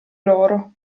loro